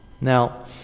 now